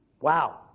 Wow